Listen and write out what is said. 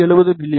7 மி